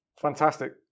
Fantastic